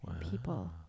People